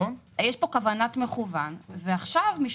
יש פה כוונת מכוון ועכשיו משפטית,